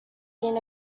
been